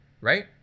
Right